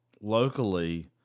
locally